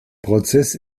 prozess